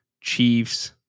chiefs